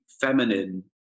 feminine